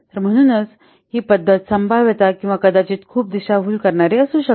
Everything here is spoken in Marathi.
तर म्हणूनच म्हणून ही पद्धत संभाव्यत किंवा कदाचित खूप दिशाभूल करणारी असू शकते